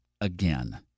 again